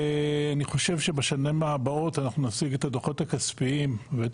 אני חושב שבשנים הבאות אנחנו נשיג את הדו"חות הכספיים ואת